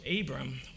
Abram